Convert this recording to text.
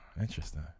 Interesting